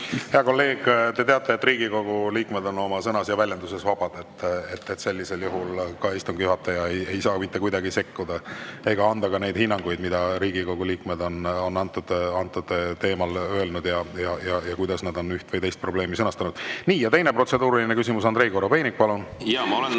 Hea kolleeg, te teate, et Riigikogu liikmed on oma sõnas ja väljenduses vabad. Sellisel juhul istungi juhataja ei saa mitte kuidagi sekkuda ega anda hinnanguid sellele, mida Riigikogu liikmed on antud teemal öelnud ja kuidas nad on üht või teist probleemi sõnastanud. Nii, teine protseduuriline küsimus. Andrei Korobeinik, palun! Hea